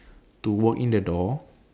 to walk in the door